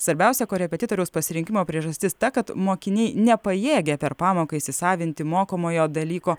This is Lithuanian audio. svarbiausia korepetitoriaus pasirinkimo priežastis ta kad mokiniai nepajėgia per pamoką įsisavinti mokomojo dalyko